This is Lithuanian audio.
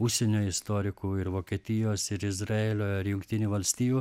užsienio istorikų ir vokietijos ir izraelio ir jungtinių valstijų